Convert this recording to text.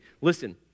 listen